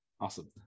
Awesome